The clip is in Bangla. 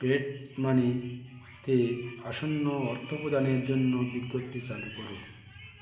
পেডমানি তে আসন্ন অর্থপ্রদানের জন্য বিজ্ঞপ্তি চালু করো